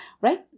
right